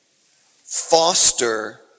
foster